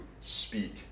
speak